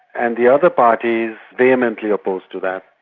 and the other parties vehemently opposed to that,